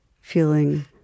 feeling